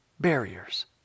barriers